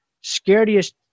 scariest